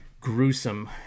gruesome